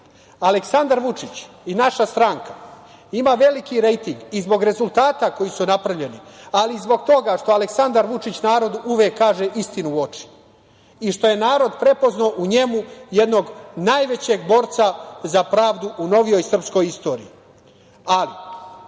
Aleksandar Vučić i naša stranka ima veliki rejting i zbog rezultata koji su napravljeni, ali i zbog toga što Aleksandar Vučić narodu uvek kaže istinu u oči i što je narod prepoznao u njemu jednog najvećeg borca za pravdu u novijoj srpskoj istoriji.U